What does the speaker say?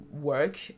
work